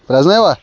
پرٛٮ۪زنٲیوا